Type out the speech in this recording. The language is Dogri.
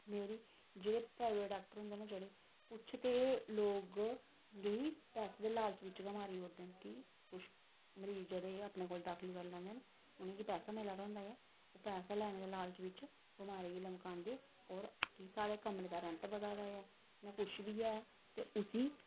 मेरे जेह्ड़े प्राइवेट डॉक्टर होंदे न जेह्ड़े कुछ ते लोग गी पैसे दे लालच बिच गै मारी ओड़दे न कि कुछ मरीज जेह्ड़े अपने कोल दाखल करी लैंदे न उ'नेंगी पैसा मिला दा होंदा ऐ ओह् पैसा लैने दे लालच बिच बमारी गी लमकांदे होर कि साढ़े कमरे दा रेंट बधा दा ऐ जां कुछ बी ऐ ते उसी